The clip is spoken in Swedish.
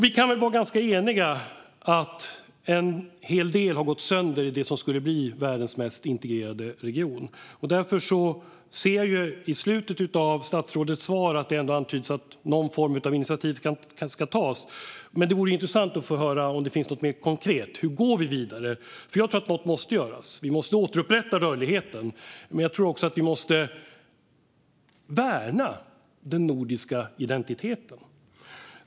Vi kan väl vara ganska eniga om att en hel del har gått sönder i det som skulle bli världens mest integrerade region. Därför ser jag i slutet av statsrådets svar att det antyds att någon form av initiativ ska tas. Men det vore intressant att få höra om det finns något mer konkret. Hur går vi vidare? Jag tror att något måste göras. Vi måste återupprätta rörligheten, men jag tror också att vi måste värna den nordiska identiteten.